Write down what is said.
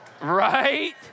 Right